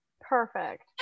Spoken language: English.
perfect